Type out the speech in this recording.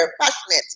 passionate